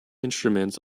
instruments